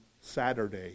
saturday